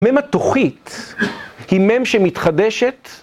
מם התוכית היא מם שמתחדשת